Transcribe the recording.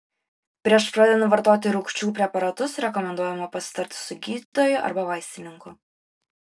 prieš pradedant vartoti rūgčių preparatus rekomenduojama pasitarti su gydytoju arba vaistininku